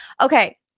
Okay